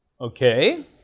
okay